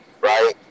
right